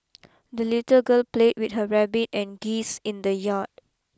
the little girl played with her rabbit and geese in the yard